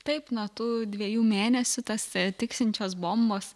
taip nuo tų dviejų mėnesių tas tiksinčios bombos